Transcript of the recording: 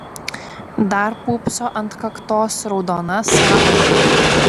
dar pūpso ant kaktos raudona sąauga